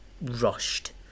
rushed